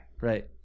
Right